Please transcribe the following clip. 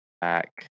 back